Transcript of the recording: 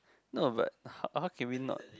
no but how how can we not